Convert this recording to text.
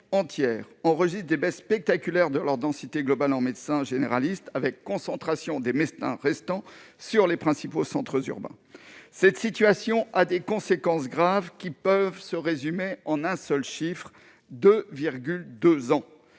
entières enregistrent des baisses spectaculaires de leur densité globale en médecins généralistes. S'ensuit une concentration des médecins restants sur les principaux centres urbains. Cette situation a des conséquences graves, qui peuvent se résumer en un seul chiffre : une